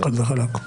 חד וחלק.